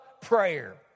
prayer